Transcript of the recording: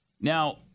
Now